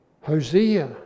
Hosea